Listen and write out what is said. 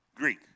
Greek